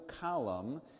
column